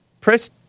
Press